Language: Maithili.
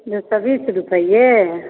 दुइ सओ बीस रुपैए